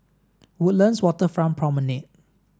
Woodlands Waterfront Promenade